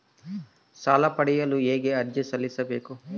ಸಾಲ ಪಡೆಯಲು ಹೇಗೆ ಅರ್ಜಿ ಸಲ್ಲಿಸಬೇಕು?